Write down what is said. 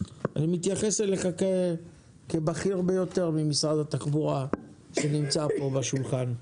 אני מתייחס אליך כבכיר ביותר ממשרד התחבורה שנמצא פה בשולחן.